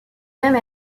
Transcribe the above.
même